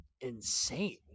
insane